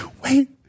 wait